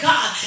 God